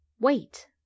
wait